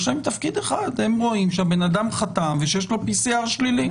יש להם תפקיד אחד הם רואים שהבן אדם חתם ויש לו PCR שלילי.